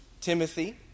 Timothy